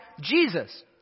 Jesus